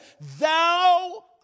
thou